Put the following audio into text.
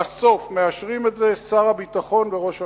בסוף מאשרים את זה שר הביטחון וראש הממשלה.